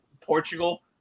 Portugal